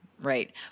Right